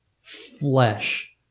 flesh